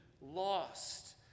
lost